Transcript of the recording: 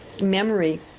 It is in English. memory